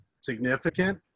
significant